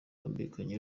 bambikanye